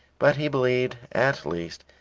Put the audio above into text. but he believed at least,